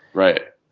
right.